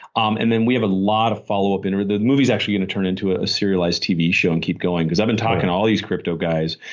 um and then we have a lot of follow-up. and and the movie's actually going to turn into ah a serialized tv show and keep going, because i've been to all these crypto guys.